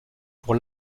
pour